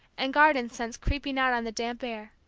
and garden scents creeping out on the damp air,